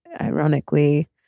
ironically